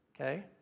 Okay